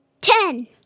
Ten